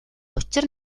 учир